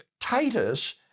Titus